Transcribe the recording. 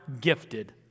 gifted